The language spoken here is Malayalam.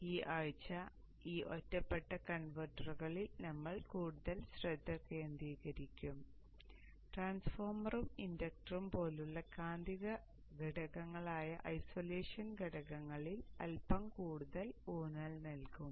അതിനാൽ ഈ ആഴ്ച ഈ ഒറ്റപ്പെട്ട കൺവെർട്ടറുകളിൽ നമ്മൾ കൂടുതൽ ശ്രദ്ധ കേന്ദ്രീകരിക്കും ട്രാൻസ്ഫോർമറും ഇൻഡക്ടറും പോലുള്ള കാന്തിക ഘടകങ്ങളായ ഐസൊലേഷൻ ഘടകങ്ങളിൽ അൽപ്പം കൂടുതൽ ഊന്നൽ നൽകും